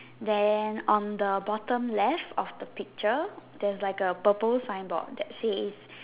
then on the bottom left of the picture there's like a purple sign board that says